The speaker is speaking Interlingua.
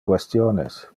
questiones